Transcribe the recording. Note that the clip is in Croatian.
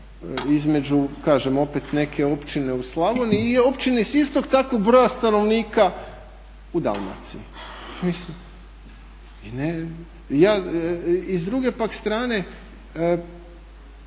opet neke općine u Slavoniji i općine s istim takvim brojem stanovnika u Dalmaciji. I s druge pak strane